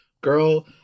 girl